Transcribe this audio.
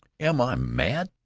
am i mad?